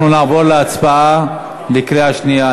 אנחנו נעבור להצבעה בקריאה שנייה.